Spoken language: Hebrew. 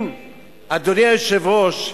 אדוני היושב-ראש,